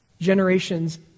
generations